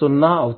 సున్నా అవుతుంది